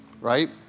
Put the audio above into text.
right